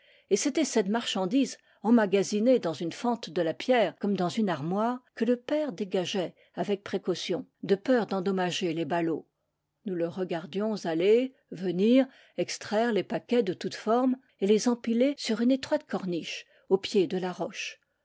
et c'était cette mar chandise emmagasinée dans une fente de la pierre comme dans une armoire que le père dégageait avec précaution de peur d'endommager les ballots nous le regardions aller venir extraire les paquets de toutes formes et les empiler sur une étroite corniche au pied de la roche